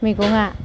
मैगङा